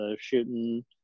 shooting